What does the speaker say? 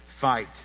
fight